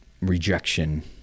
rejection